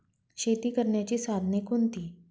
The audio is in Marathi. शेती करण्याची साधने कोणती?